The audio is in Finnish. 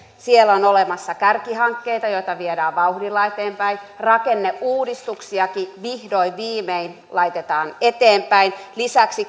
siellä on olemassa kärkihankkeita joita viedään vauhdilla eteenpäin rakenneuudistuksiakin vihdoin viimein laitetaan eteenpäin lisäksi